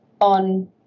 on